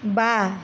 বা